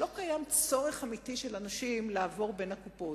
שלא קיים צורך אמיתי של אנשים לעבור בין הקופות.